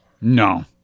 No